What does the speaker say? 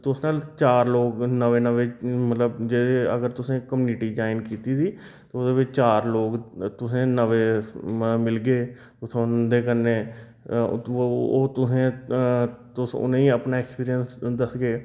ते तुस ना चार लोग नमें नमें मतलब अगर जे तुसें कम्युनिटी ज्वाइन कीती दी ते ओह्दे बिच चार लोग तुसें गी नमें मिलगे तुस उं'दे कन्नै ओह् तुसें गी तुस उ'नें गी अपना ऐक्सपीरियंस दस्सगे